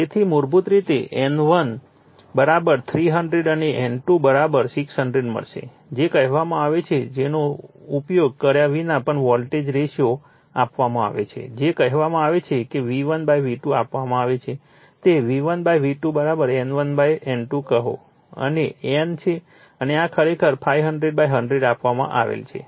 તેથી મૂળભૂત રીતે N1 300 અને N2 60 મળશે જે કહેવામાં આવે છેમાં આનો ઉપયોગ કર્યા વિના પણ વોલ્ટેજ રેશિયો આપવામાં આવે છે જે કહેવામાં આવે છે V1 V2 આપવામાં આવે છે તે V1 V2 N1 N2 કહો અને N છે અને આ ખરેખર 500 100 આપવામાં આવેલ છે